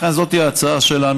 לכן, זאת ההצעה שלנו.